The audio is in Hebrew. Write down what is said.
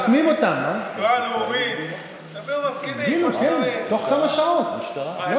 וגם עליו אדבר, אבל מה שמעניין את אזרחי ישראל זה